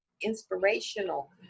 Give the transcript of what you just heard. inspirational